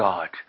God